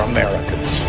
Americans